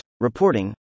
reporting